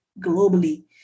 globally